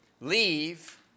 Leave